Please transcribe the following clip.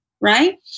Right